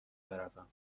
بروم